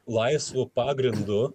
laisvu pagrindu